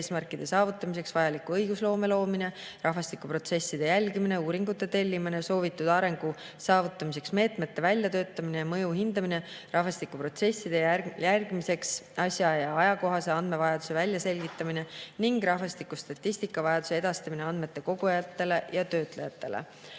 saavutamiseks vajaliku õigusloome loomine, rahvastikuprotsesside jälgimine, uuringute tellimine, soovitud arengu saavutamiseks meetmete väljatöötamine ja mõju hindamine ning rahvastikuprotsesside jälgimiseks asja- ja ajakohase andmevajaduse väljaselgitamine ning rahvastikustatistika vajaduse edastamine andmete kogujatele ja töötlejatele.